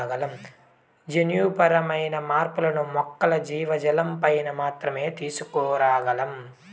జన్యుపరమైన మార్పులను మొక్కలు, జీవజాలంపైన మాత్రమే తీసుకురాగలం